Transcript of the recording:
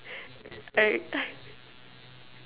alright